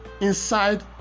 inside